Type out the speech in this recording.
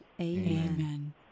Amen